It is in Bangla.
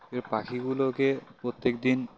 সেই পাখিগুলোকে প্রত্যেকদিন